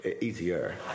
easier